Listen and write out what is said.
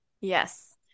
Yes